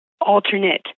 alternate